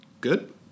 Good